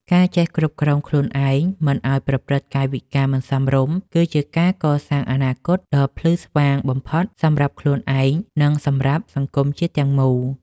ការចេះគ្រប់គ្រងខ្លួនឯងមិនឱ្យប្រព្រឹត្តកាយវិការមិនសមរម្យគឺជាការកសាងអនាគតដ៏ភ្លឺស្វាងបំផុតសម្រាប់ខ្លួនឯង និង សម្រាប់សង្គមជាតិទាំងមូល។